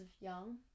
young